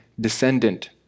descendant